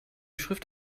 schrift